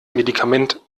medikament